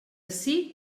ací